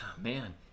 Man